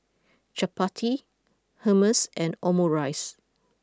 Chapati Hummus and Omurice